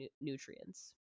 nutrients